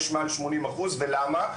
יש מעל 80% ולמה?